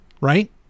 right